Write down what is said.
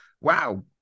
wow